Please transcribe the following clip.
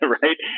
right